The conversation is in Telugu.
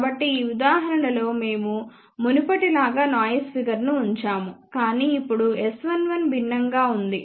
కాబట్టి ఈ ఉదాహరణలో మేము మునుపటిలాగా నాయిస్ ఫిగర్స్ను ఉంచాము కానీ ఇప్పుడు S11 భిన్నంగా ఉంది